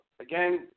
again